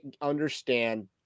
understand